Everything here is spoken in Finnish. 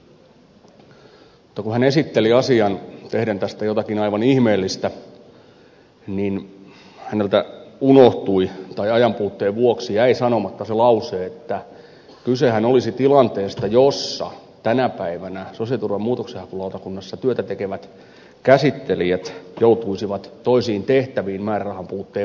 mutta kun hän esitteli asian tehden tästä jotakin aivan ihmeellistä niin häneltä unohtui tai ajanpuutteen vuoksi jäi sanomatta se lause että kysehän olisi tilanteesta jossa tänä päivänä sosiaaliturvan muutoksenhakulautakunnassa työtä tekevät käsittelijät joutuisivat toisiin tehtäviin määrärahan puutteen vuoksi